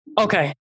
Okay